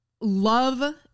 love